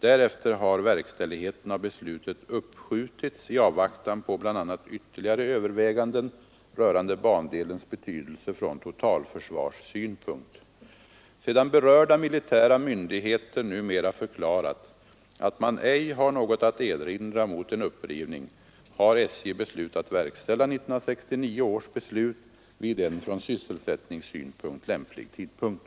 Därefter har verkställigheten av beslutet uppskjutits i avvaktan på bl.a. ytterligare överväganden rörande bandelens betydelse från totalförsvarssynpunkt. Sedan berörda militära myndigheter numera förklarat att man ej har något att erinra mot en upprivning, har SJ beslutat verkställa 1969 års beslut vid en från sysselsättningssynpunkt lämplig tidpunkt.